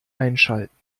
einschalten